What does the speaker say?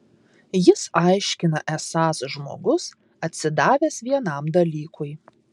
jis aiškina esąs žmogus atsidavęs vienam dalykui